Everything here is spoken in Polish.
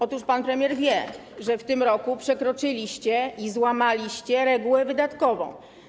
Otóż pan premier wie, że w tym roku przekroczyliście i złamaliście regułę wydatkową.